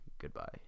Goodbye